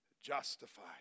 justified